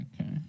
Okay